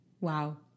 Wow